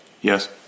Yes